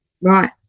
Right